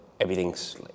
everything's